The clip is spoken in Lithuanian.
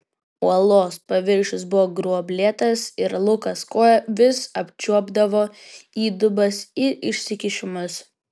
uolos paviršius buvo gruoblėtas ir lukas koja vis apčiuopdavo įdubas ir išsikišimus